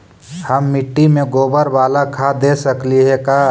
हम मिट्टी में गोबर बाला खाद दे सकली हे का?